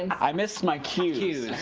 i missed my cue.